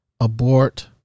abort